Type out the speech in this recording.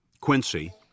Quincy